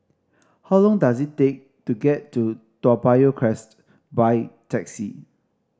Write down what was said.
how long does it take to get to Toa Payoh Crest by taxi